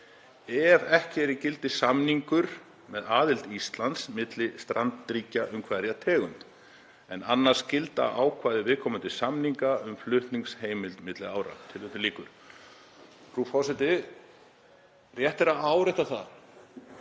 ef ekki er í gildi samningur með aðild Íslands milli strandríkja um hverja tegund, en annars gilda ákvæði viðkomandi samninga um flutningsheimild milli ára.“ Rétt er að árétta að